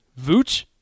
vooch